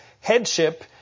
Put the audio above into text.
headship